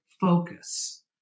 focus